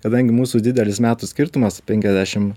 kadangi mūsų didelis metų skirtumas penkiasdešim